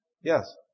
Yes